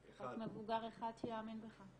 אחד -- צריך מבוגר אחד שיאמין בך.